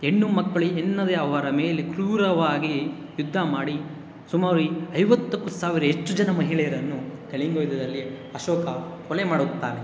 ಹೆಣ್ಣು ಮಕ್ಕಳು ಎನ್ನದೆ ಅವರ ಮೇಲೆ ಕ್ರೂರವಾಗಿ ಯುದ್ಧ ಮಾಡಿ ಸುಮಾರು ಐವತ್ತಕ್ಕೂ ಸಾವಿರಕ್ಕೂ ಹೆಚ್ಚಿನ ಮಹಿಳೆಯರನ್ನು ಕಳಿಂಗ ಯುದ್ಧದಲ್ಲಿ ಅಶೋಕ ಕೊಲೆ ಮಾಡುತ್ತಾನೆ